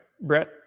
Brett